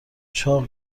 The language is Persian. چاق